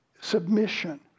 submission